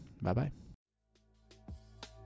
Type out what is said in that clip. Bye-bye